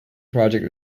project